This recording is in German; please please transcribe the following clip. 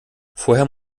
vorher